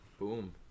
Boom